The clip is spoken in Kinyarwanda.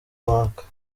uwaka